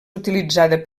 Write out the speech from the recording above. utilitzada